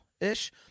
ish